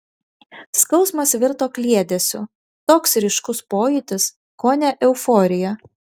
skausmas virto kliedesiu toks ryškus pojūtis kone euforija